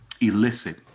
illicit